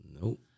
Nope